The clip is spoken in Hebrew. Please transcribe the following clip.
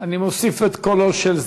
ההצעה להעביר את הנושא לוועדה